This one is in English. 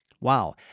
Wow